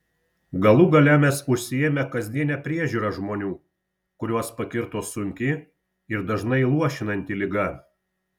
galų gale mes užsiėmę kasdiene priežiūra žmonių kuriuos pakirto sunki ir dažnai luošinanti liga